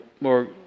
more